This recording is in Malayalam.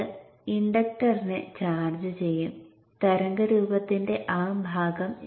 അതിൻറെ പൊട്ടൻഷ്യൽ 0 ആണ്